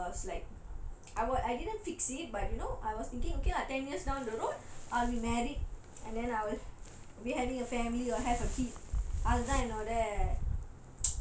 I was like I wouldn't I didn't fix it but you know I was thinking okay lah ten years down the road I'll be married and then I'll have a family or have I'll have a kid அது தான் என்னோட:athu thaan ennoda